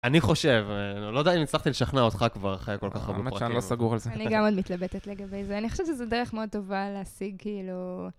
אני חושב, לא יודע אם הצלחתי לשכנע אותך כבר אחרי כל כך הרבה פרקים. האמת שאני לא סגור על זה. אני גם עוד מתלבטת לגבי זה. אני חושבת שזו דרך מאוד טובה להשיג כאילו...